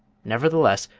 nevertheless,